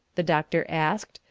the doctor asked,